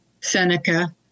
Seneca